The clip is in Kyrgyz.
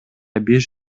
беш